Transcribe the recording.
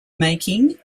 making